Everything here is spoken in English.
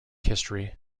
history